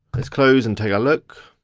let's close and take a look.